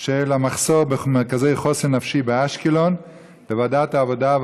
של מחסור במרכזי חוסן נפשי באשקלון לוועדת העבודה,